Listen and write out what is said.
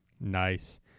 Nice